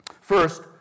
First